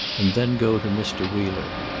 and then go to mr. wheeler.